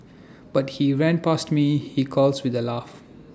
but he ran past me he calls with A laugh